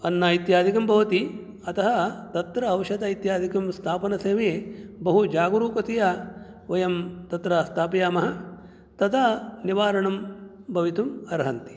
अन्नम् इत्यादिकं भवति अतः तत्र औषधम् इत्यादिकं स्थापनसमये बहुजागरूकतया वयं तत्र स्थापयामः तदा निवारणं भवितुम् अर्हन्ति